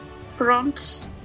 front